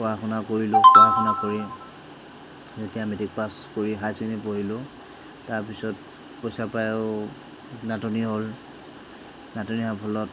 পঢ়া শুনা কৰিলোঁ পঢ়া শুনা কৰি যেতিয়া মেট্ৰিক পাচ কৰি হায়াৰ চেকেণ্ডেৰী পঢ়িলোঁ তাৰপাছত পইচা পাইও নাটনি হ'ল নাটনি হোৱা ফলত